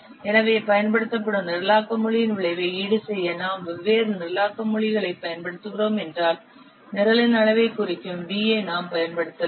எனவே பயன்படுத்தப்படும் நிரலாக்க மொழியின் விளைவை ஈடுசெய்ய நாம் வெவ்வேறு நிரலாக்க மொழிகளைப் பயன்படுத்துகிறோம் என்றால் நிரலின் அளவைக் குறிக்கும் V ஐ நாம் பயன்படுத்தலாம்